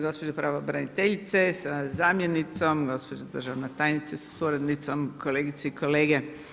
Gospođo pravobraniteljice sa zamjenicom, gospođo državna tajnice sa suradnicom, kolegice i kolege.